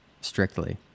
strictly